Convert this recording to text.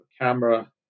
camera